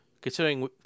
Considering